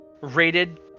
rated